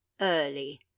early